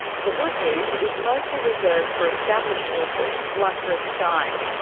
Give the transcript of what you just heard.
the good news is mostly reserved for established authors like rick stein.